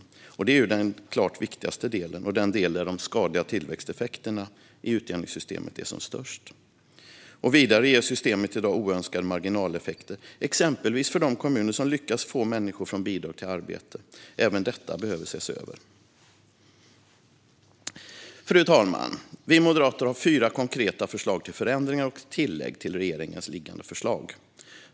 Inkomstutjämningen är ju den klart viktigaste delen och den del där de skadliga tillväxteffekterna av utjämningssystemet är som störst. Vidare ger systemet i dag oönskade marginaleffekter, exempelvis för kommuner som lyckas få människor från bidrag till arbete. Även detta behöver ses över. Fru talman! Vi moderater har fyra konkreta förslag till förändringar och tillägg till regeringens liggande förslag.